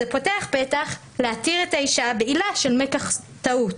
זה פותח פתח להתיר את האישה בעילה של "מקח טעות".